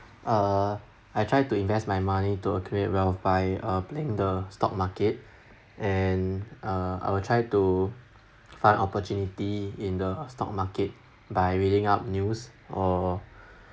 uh I try to invest my money to accumulate wealth by uh playing the stock market and uh I will try to find opportunity in the stock market by reading up news or